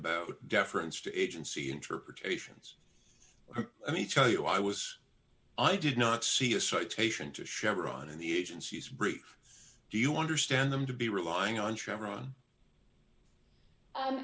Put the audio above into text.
of deference to agency interpretations let me tell you i was i did not see a citation to chevron in the agency's brief do you understand them to be relying on chevron